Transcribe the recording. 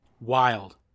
Wild